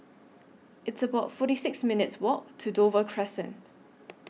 It's about forty six minutes' Walk to Dover Crescent